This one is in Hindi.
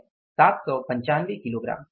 795 किलोग्राम क्यों